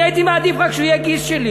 אני הייתי מעדיף שהוא יהיה רק גיס שלי.